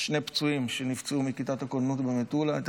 שני פצועים מכיתת הכוננות במטולה שנפצעו.